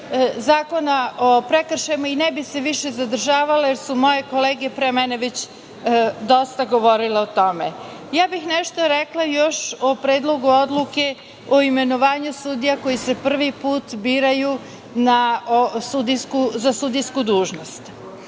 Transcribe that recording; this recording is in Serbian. zakona o prekršajima i ne bih se više zadržavala, jer su moje kolege pre mene već dosta govorile o tome. Rekla bih nešto još o Predlogu odluke, o imenovanju sudija koji se prvi put biraju za sudijsku dužnost.